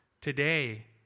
today